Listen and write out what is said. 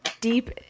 deep